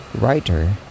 writer